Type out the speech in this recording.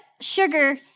sugar